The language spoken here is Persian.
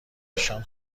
نشان